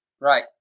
Right